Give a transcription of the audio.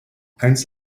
einst